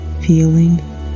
feeling